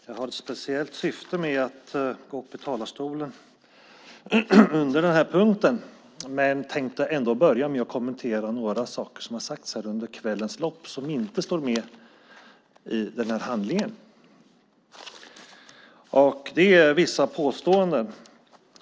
Herr talman! Jag har ett speciellt syfte med att gå upp i talarstolen under den här punkten. Men jag tänker börja med att kommentera några saker som har sagts här under kvällens lopp men som inte står med i trafikutskottets utlåtande. Det har gjorts vissa påståenden.